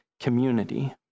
community